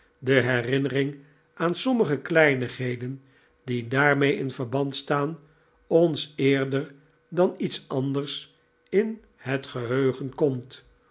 de herinnering aan sommige kleinigheden die daarmee in verband staan ons eerder dan iets anders in het geheugen komt